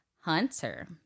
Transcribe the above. hunter